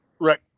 right